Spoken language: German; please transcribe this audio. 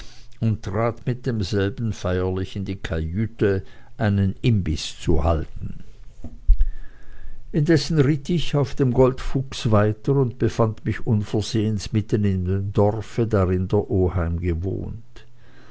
und trat mit demselben feierlich in die kajüte einen imbiß zu halten indessen ritt ich auf dem goldfuchs weiter und befand mich unversehens mitten in dem dorfe darin der oheim gewohnt